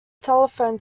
telephone